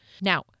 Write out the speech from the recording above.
Now